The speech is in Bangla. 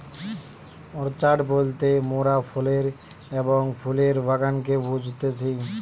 অর্চাড বলতে মোরাফলের এবং ফুলের বাগানকে বুঝতেছি